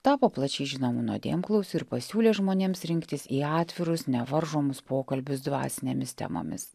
tapo plačiai žinomu nuodėmklausiu ir pasiūlė žmonėms rinktis į atvirus nevaržomus pokalbius dvasinėmis temomis